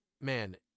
man